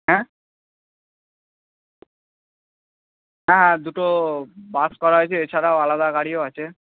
হ্যাঁ হ্যাঁ হ্যাঁ দুটো বাস করা হয়েছে এছাড়াও আলাদা গাড়িও আছে